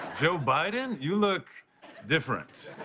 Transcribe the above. joe biden? you look different.